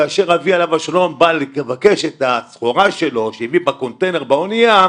כאשר אבי עליו השלום בא לבקש את הסחורה שלו שהביא בקונטיינר באונייה,